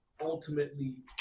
ultimately